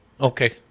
Okay